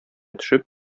төшеп